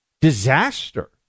disaster